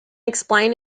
explain